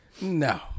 no